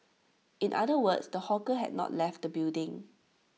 in other words the hawker has not left the building